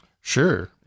Sure